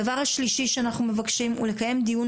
הדבר השלישי שאנחנו מבקשים הוא לקיים דיון